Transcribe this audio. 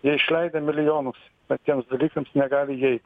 jie išleidę milijonus patiems dalykams negali įeiti